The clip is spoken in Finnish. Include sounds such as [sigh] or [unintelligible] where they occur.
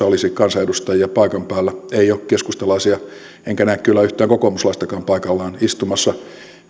[unintelligible] olisi kansanedustaja paikan päällä ei ole keskustalaisia enkä näe kyllä yhtään kokoomuslaistakaan paikallaan istumassa